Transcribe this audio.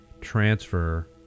transfer